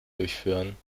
durchführen